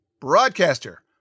broadcaster